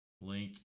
Link